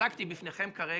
והצגתי בפניכם כרגע,